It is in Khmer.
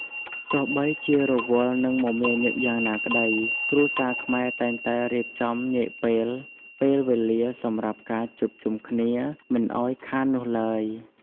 ទោះបីជារវល់ និងមមាញឹកយ៉ាងណាក្ដី គ្រួសារខ្មែរ តែងតែរៀបចំញែកពេលពេលវេលាសម្រាប់ការជួបជុំគ្នាមិនឱ្យខាននោះឡើយ។